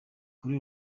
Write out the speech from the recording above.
kuri